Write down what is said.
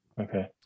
Okay